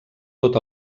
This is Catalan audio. tot